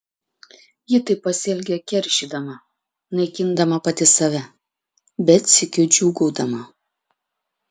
ji taip pasielgė keršydama naikindama pati save bet sykiu džiūgaudama